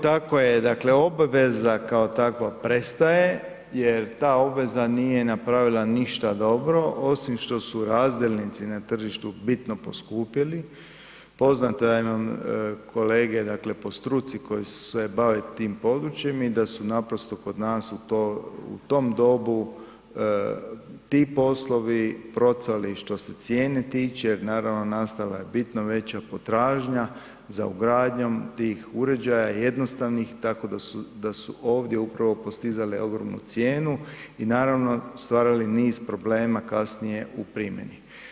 Tako je dakle obveza kao takva prestaje jer ta obveza nije napravila ništa dobro osim što su razdjelnici na tržištu bitno poskupili, poznata je nam kolege dakle po struci koji se bave tim područjem i da su naprosto kod nas u to, u tom dobu ti poslovi procvali što se cijene tiče jer naravno nastala je bitno veća potražnja za ugradnjom tih uređaja jednostavnih, tako da su ovdje upravo postizale ogromnu cijenu i naravno stvarali niz problema kasnije u primjeni.